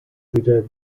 wieder